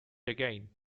again